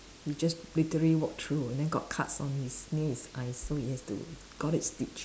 he just literally walk through and then got cuts on his knees I so he has to got it stitched